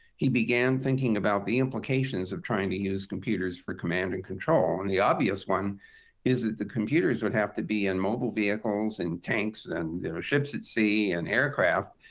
he began thinking about the implications of trying to use computers for command and control. and the obvious one is that the computers would have to be in mobile vehicles, and tanks, and ships at sea, and aircraft.